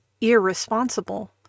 irresponsible